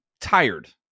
tired